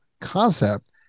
concept